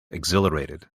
exhilarated